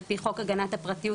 על פי חוק הגנת הפרטיות.